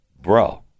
bro